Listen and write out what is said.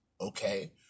Okay